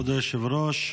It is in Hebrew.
כבוד היושב-ראש,